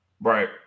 Right